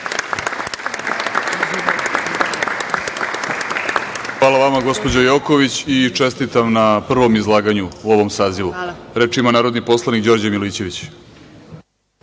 Hvala vama, gospođo Joković, i čestitam na prvom izlaganju u ovom sazivu. Reč ima narodni poslanik Đorđe Milićević.